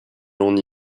l’on